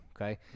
okay